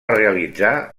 realitzar